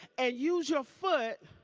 and use your foot,